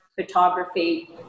photography